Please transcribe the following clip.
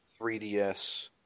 3DS